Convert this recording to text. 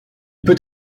peut